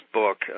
book